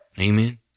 Amen